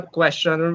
question